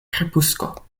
krepusko